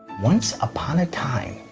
once upon a time,